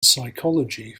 psychology